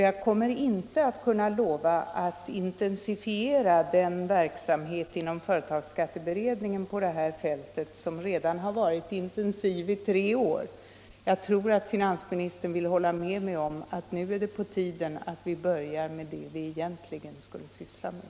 Sedan kommer jag inte att kunna lova att intensifiera verksamheten på detta område inom företagsskatteberedningen, eftersom den redan har varit intensiv i tre år. Jag tänker nog att finansministern kan hålla med om att det nu är på tiden att vi börjar arbeta med det som vi egentligen skail syssla med.